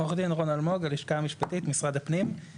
עורך דין רון אלמוג, הלשכה המשפטית, משרד הפנים.